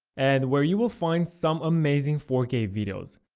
and where you will find some amazing four k videos.